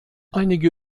einige